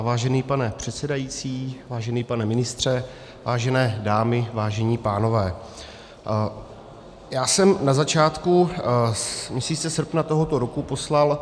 Vážený pane předsedající, vážený pane ministře, vážené dámy, vážení pánové, já jsem na začátku měsíce srpna tohoto roku poslal